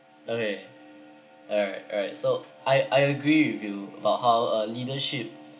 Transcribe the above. okay alright alright so I I agree with you about how a leadership